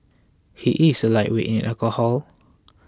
he is a lightweight in alcohol